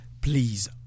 please